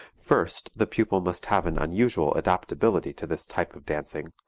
first, the pupil must have an unusual adaptability to this type of dancing,